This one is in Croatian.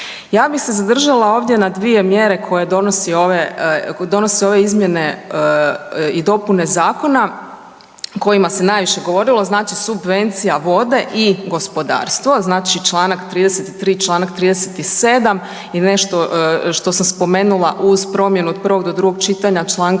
Ja bi se zadržala ovdje na dvije mjere koje donose ove izmjene i dopune zakona o kojima se najviše govorilo, znači subvencija vode i gospodarstvo, znači Članak 33., Članak 37. i nešto što sam spomenula uz promjenu od prvog do drugog čitanja Članka